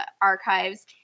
archives